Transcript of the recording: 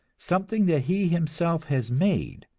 something that he himself has made,